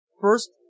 First